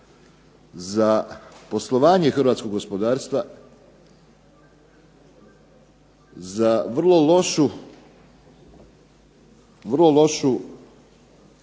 za poslovanje hrvatskog gospodarstva, za vrlo lošu društvenu